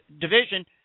division